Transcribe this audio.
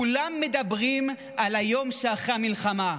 כולם מדברים על היום שאחרי המלחמה.